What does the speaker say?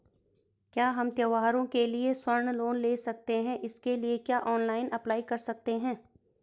क्या हम त्यौहारों के लिए स्वर्ण लोन ले सकते हैं इसके लिए क्या ऑनलाइन अप्लाई कर सकते हैं?